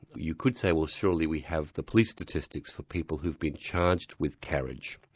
you could say, well surely we have the police statistics for people who've been charged with carriage.